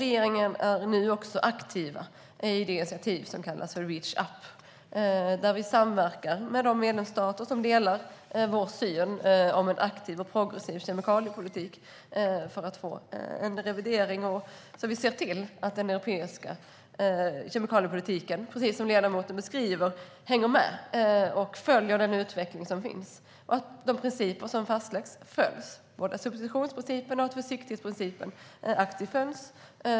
Regeringen är nu aktiv i det initiativ som kallas för Reach up, där vi samverkar med de medlemsstater som delar vår syn på en aktiv och progressiv kemikaliepolitik. Vi vill få en revidering och se till att den europeiska kemikaliepolitiken, precis som ledamoten beskriver, hänger med i och följer den utveckling som finns. De principer som fastläggs ska aktivt följas; det gäller både substitutionsprincipen och försiktighetsprincipen.